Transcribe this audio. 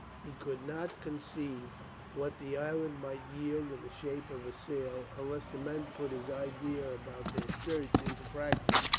he could not conceive what the island might yield in the shape of a sail, unless the men put his idea about their shirts into practice,